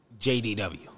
JDW